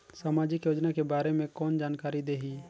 समाजिक योजना के बारे मे कोन जानकारी देही?